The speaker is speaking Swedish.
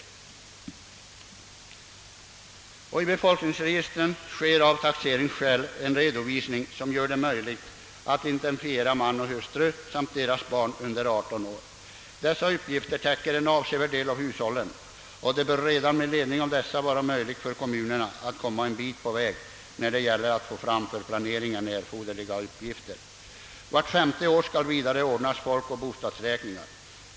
I de registren sker av taxeringsskäl en redovisning, som gör det möjligt att identifiera man och hustru samt deras barn under 18 år. Dessa uppgifter täcker en avsevärd del av hushållen, och det bör redan med ledning härav vara möjligt för kommunerna att komma en bit på väg när det gäller att få fram för planeringen erforderliga uppgifter. Vart femte år skall vidare ordnas folkoch bostadsräkningar.